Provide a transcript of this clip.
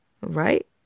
right